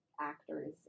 actors